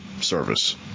Service